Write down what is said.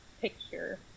picture